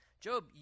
Job